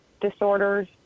disorders